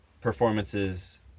performances